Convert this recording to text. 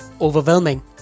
overwhelming